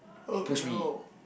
he push me